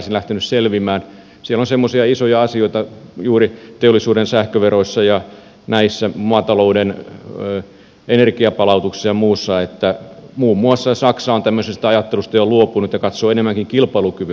siellä on semmoisia isoja asioita juuri teollisuuden sähköveroissa ja näissä maatalouden energiapalautuksissa ja muussa että muun muassa saksa on tämmöisestä ajattelusta jo luopunut ja katsoo enemmänkin kilpailukyvyn kannalta